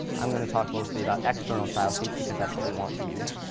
i'm going to talk mostly about external style sheets, because that's what we want to use.